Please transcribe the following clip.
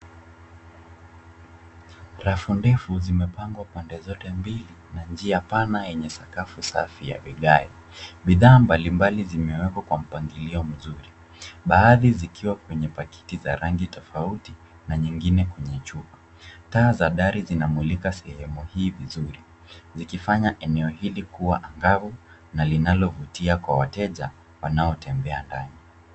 Rafu ndefu zimepangwa pande zote mbili na njia pana yenye sakafu safi ya vigae. Bidhaa mbalimbali zimewekwa kwa mpangilio mzuri, baadhi zikiwa kwenye pakiti za rangi tofauti na nyingine kwenye chupa. Taa za dari zinamulika sehemu hii vizuri vikifanya eneo hili kuwa angavu na linalovutia kwa wateja wanaotembea ndani.